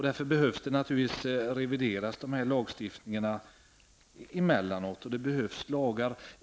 Därför behövs den här lagstiftningen revideras emellanåt, och det behövs lagar.